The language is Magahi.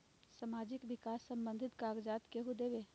समाजीक विकास संबंधित कागज़ात केहु देबे?